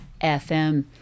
FM